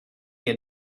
had